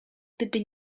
gdyby